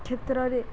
କ୍ଷେତ୍ରରେ